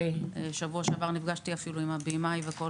בשבוע שעבר אפילו נפגשתי עם הבמאי ועם כל